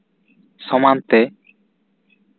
ᱥᱚᱢᱟᱱ ᱛᱮ